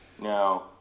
No